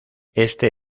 este